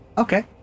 Okay